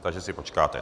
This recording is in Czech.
Takže si počkáte.